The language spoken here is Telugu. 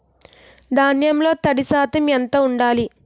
ధాన్యంలో తడి శాతం ఎంత ఉండాలి?